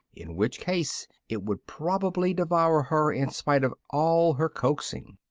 in which case it would probably devour her in spite of all her coaxing.